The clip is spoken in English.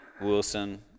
Wilson